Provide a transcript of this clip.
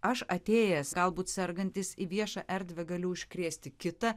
aš atėjęs galbūt sergantis į viešą erdvę galiu užkrėsti kitą